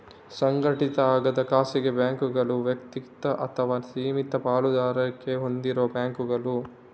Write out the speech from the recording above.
ಸಂಘಟಿತ ಆಗದ ಖಾಸಗಿ ಬ್ಯಾಂಕುಗಳು ವೈಯಕ್ತಿಕ ಅಥವಾ ಸೀಮಿತ ಪಾಲುದಾರಿಕೆ ಹೊಂದಿರುವ ಬ್ಯಾಂಕುಗಳು